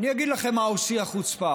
אני אגיד לכם מה שיא החוצפה: